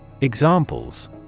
Examples